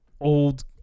old